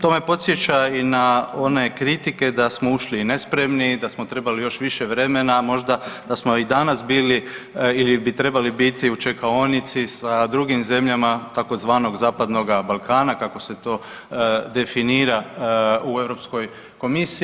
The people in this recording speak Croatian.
To me podsjeća i na one kritike da smo ušli i nespremni, da smo trebali još više vremena možda, da smo i danas bili ili bi trebali biti u čekaonici sa drugim zemljama tzv. Zapadnoga Balkana kako se to definira u Europskoj komisiji.